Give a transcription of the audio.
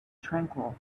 tranquil